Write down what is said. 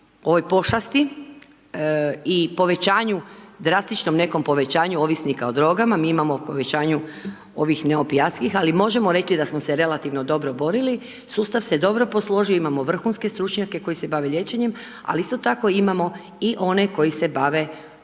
ovoj pošasti i povećanju drastičnom nekom povećanju, ovisnika o drogama, mi imamo povećanje ovih opijatskih, ali možemo reći, da smo se relativno dobro borili, sustav se dobro posložio, imamo vrhunske stručnjake, koji se bavi liječenjem, ali isto tako imamo i one koji se bave sprječavanje